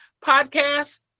Podcast